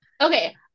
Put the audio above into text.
Okay